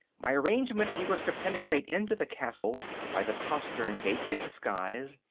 by arrangement he was to penetrate into the castle by the postern gate in disguise,